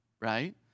right